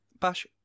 Bash